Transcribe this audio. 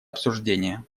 обсуждения